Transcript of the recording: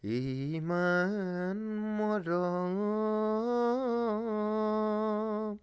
ইমান মৰম